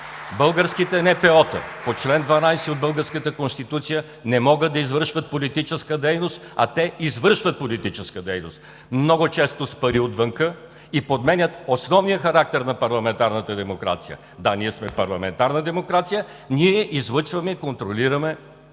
Българските НПО-та по чл. 12 от българската Конституция не могат да извършват политическа дейност, а те извършват политическа дейност много често с пари отвън и подменят основния характер на парламентарната демокрация! Да, ние сме парламентарна демокрация – ние излъчваме и контролираме